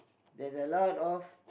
there's a lot of